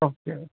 okay